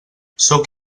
sóc